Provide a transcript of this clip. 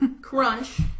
crunch